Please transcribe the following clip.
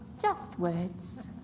just words.